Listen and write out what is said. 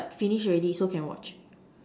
but finish already so can watch